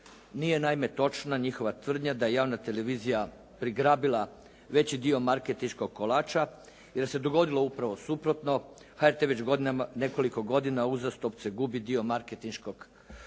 Nije naime točna njihova tvrdnja da je javna televizija prigrabila veći dio marketinškog kolača jer se dogodilo upravo suprotno. HRT već nekoliko godina uzastopce gubi dio marketinškog kolača,